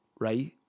right